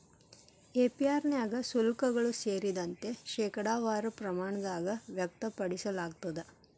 APR ನ್ಯಾಗ ಶುಲ್ಕಗಳು ಸೇರಿದಂತೆ, ಶೇಕಡಾವಾರ ಪ್ರಮಾಣದಾಗ್ ವ್ಯಕ್ತಪಡಿಸಲಾಗ್ತದ